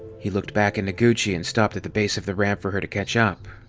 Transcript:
he looked back at noguchi and stopped at the base of the ramp for her to catch up.